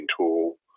tool